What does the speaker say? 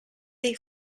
dei